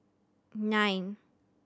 nine